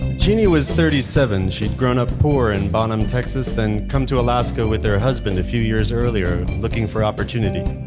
genie was thirty seven, she'd grown up poor in bonham, texas then came to alaska with her husband a few years earlier, looking for opportunity.